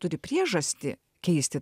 turi priežastį keisti